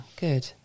good